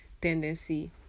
tendency